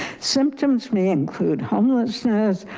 symptoms may include homelessness,